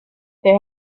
they